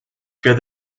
good